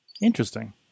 Interesting